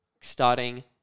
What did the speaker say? starting